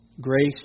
Grace